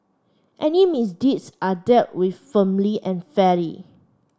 any misdeeds are dealt with firmly and fairly